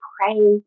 pray